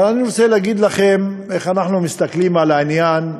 אבל אני רוצה להגיד לכם איך אנחנו מסתכלים על העניין.